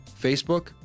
Facebook